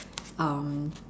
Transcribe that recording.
um